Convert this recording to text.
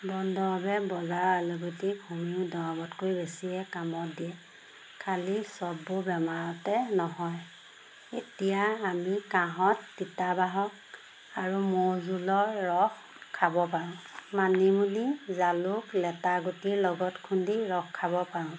বন দৰৱে বজাৰৰ এলোপেথিক হোমিঅ' দৰৱতকৈ বেছিয়ে কামত দিয়ে খালি চববোৰ বেমাৰতে নহয় এতিয়া আমি কাঁহত তিতাবাহক আৰু মৌ জোলৰ ৰস খাব পাৰোঁ মানিমুনি জালুক লেটা গুটিৰ লগত খুন্দি ৰস খাব পাৰোঁ